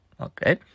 Okay